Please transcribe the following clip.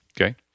okay